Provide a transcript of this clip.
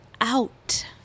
out